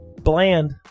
bland